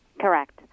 Correct